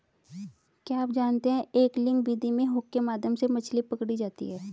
क्या आप जानते है एंगलिंग विधि में हुक के माध्यम से मछली पकड़ी जाती है